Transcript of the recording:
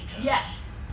Yes